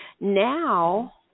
Now